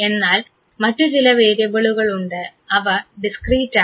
എന്നാൽ മറ്റു ചില വേരിയബിളുകളുണ്ട് അവ ഡിസ്ക്രീറ്റ് ആണ്